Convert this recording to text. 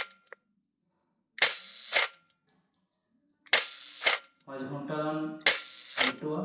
ᱯᱟᱸᱪ ᱜᱷᱚᱱᱴᱟ ᱜᱟᱱ ᱞᱟᱹᱴᱩᱣᱟ